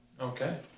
Okay